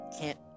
can't-